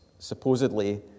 supposedly